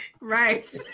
right